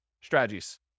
strategies